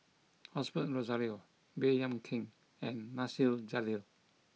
Osbert Rozario Baey Yam Keng and Nasir Jalil